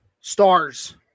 Stars